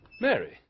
Mary